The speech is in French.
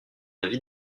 avis